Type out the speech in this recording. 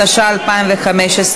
התשע"ה 2015,